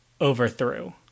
overthrew